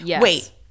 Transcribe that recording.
Wait